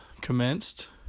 commenced